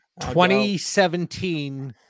2017